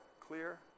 clear